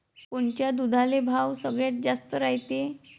कोनच्या दुधाले भाव सगळ्यात जास्त रायते?